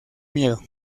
miedo